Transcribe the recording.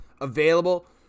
available